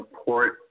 support